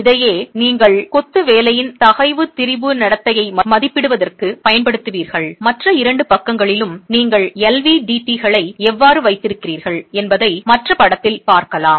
இதையே நீங்கள் கொத்து வேலையின் தகைவு திரிபு நடத்தையை மதிப்பிடுவதற்குப் பயன்படுத்துவீர்கள் மற்ற இரண்டு பக்கங்களிலும் நீங்கள் LVDTகளை எவ்வாறு வைத்திருக்கிறீர்கள் என்பதை மற்ற படத்தில் பார்க்கலாம்